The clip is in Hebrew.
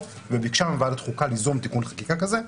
וביקשה מוועדת החוקה ליזום תיקון חקיקה כזה.